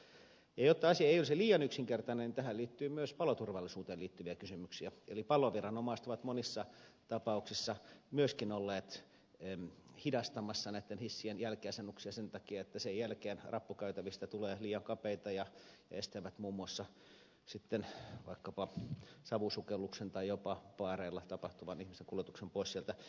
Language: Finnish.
jotta asia ei olisi liian yksinkertainen niin tähän liittyy myös paloturvallisuuteen liittyviä kysymyksiä eli paloviranomaiset ovat monissa tapauksissa myöskin olleet hidastamassa näitä hissien jälkiasennuksia sen takia että sen jälkeen rappukäytävistä tulee liian kapeita mikä estää vaikkapa savusukelluksen tai jopa paareilla tapahtuvan ihmisen kuljetuksen pois sieltä